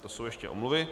To jsou ještě omluvy.